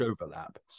overlap